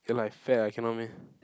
ya lah I fat ah cannot meh